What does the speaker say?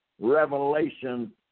revelation